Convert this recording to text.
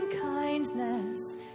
kindness